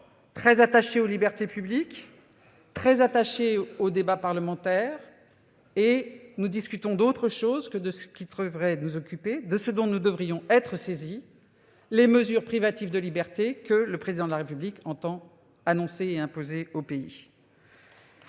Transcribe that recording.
très attaché aux libertés publiques et au débat parlementaire. Mais nous débattons d'autre chose que de ce qui aurait dû nous occuper, du sujet dont nous devrions être saisis : les mesures privatives de liberté que le Président de la République entend annoncer et imposer au pays.